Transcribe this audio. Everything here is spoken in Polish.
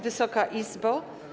Wysoka Izbo!